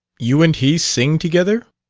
you and he sing together?